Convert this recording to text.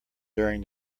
during